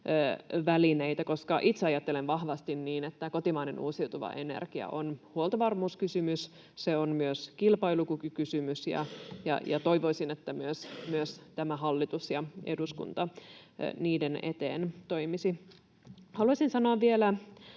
koska itse ajattelen vahvasti niin, että kotimainen uusiutuva energia on huoltovarmuuskysymys, se on myös kilpailukykykysymys, ja toivoisin, että myös tämä hallitus ja eduskunta niiden eteen toimisivat. Haluaisin sanoa vielä